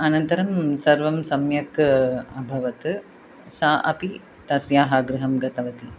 अनन्तरं सर्वं सम्यक् अभवत् सा अपि तस्याः गृहं गतवती